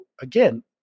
again